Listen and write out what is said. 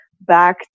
back